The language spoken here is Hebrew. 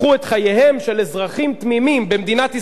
הפכו את חייהם של אזרחים תמימים במדינת ישראל,